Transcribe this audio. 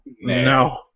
no